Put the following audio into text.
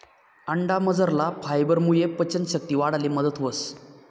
अंडामझरला फायबरमुये पचन शक्ती वाढाले मदत व्हस